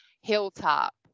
Hilltop